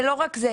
לא רק זה.